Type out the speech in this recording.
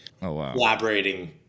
collaborating